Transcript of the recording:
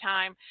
Time